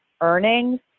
earnings